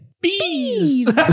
Bees